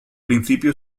principio